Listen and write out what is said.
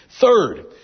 Third